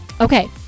Okay